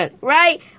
Right